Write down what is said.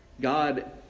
God